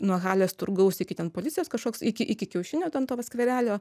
nuo halės turgaus iki ten policijos kažkoks iki iki kiaušinio ten to va skverelio